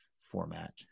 format